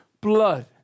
blood